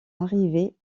arrivée